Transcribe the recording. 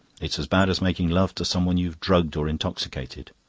it's as bad as making love to someone you've drugged or intoxicated.